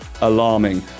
alarming